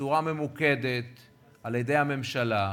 בצורה ממוקדת על-ידי הממשלה,